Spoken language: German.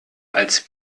als